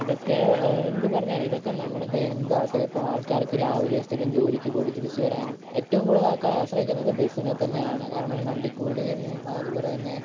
ഇതൊക്കെ എന്ന് പറഞ്ഞാൽ ഇതൊക്കെ നമ്മുടെ ദൈനംദിന ആൾക്കാരാണ് ഇപ്പോൾ ആൾക്കാരൊക്കെ രാവിലെ സ്ഥിരം ജോലിക്ക് പോയിട്ട് തിരിച്ച് വരാനും ഏറ്റവും കൂടുതൽ ആൾക്കാർ ആശ്രയിക്കുന്നത് ബസിനെ തന്നെയാണ് കാരണം വണ്ടിക്കൂലിയും അതുപോലെ തന്നെ